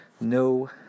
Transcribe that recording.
no